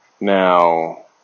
Now